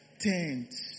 tents